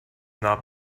not